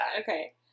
okay